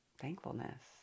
thankfulness